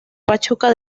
pachuca